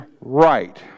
right